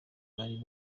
bari